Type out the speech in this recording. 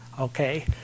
Okay